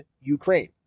Ukraine